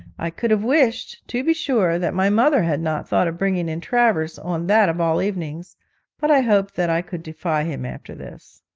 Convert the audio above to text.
i could have wished, to be sure, that my mother had not thought of bringing in travers on that of all evenings but i hoped that i could defy him after this.